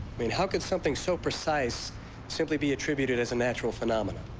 i mean how could something so precise simply be attributed as a natal phenomenon?